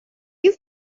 you